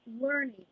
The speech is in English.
learning